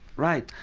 right,